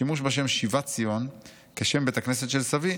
שימוש בשם 'שיבת ציון', כשם בית הכנסת של סבי,